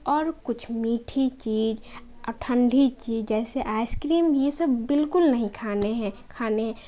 اور کچھ میٹھی چیز اور ٹھنڈی چیز جیسے آئس کریم یہ سب بالکل نہیں کھانے ہیں کھانے ہیں